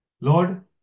Lord